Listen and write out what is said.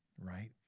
Right